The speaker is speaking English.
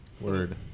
Word